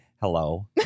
hello